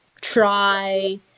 try